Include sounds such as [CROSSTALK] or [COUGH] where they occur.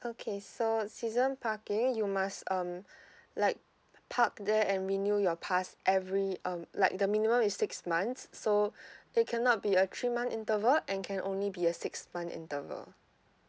okay so season parking you must um [BREATH] like park there and renew your pass every um like the minimum is six months so [BREATH] it cannot be a three month interval and can only be a six month interval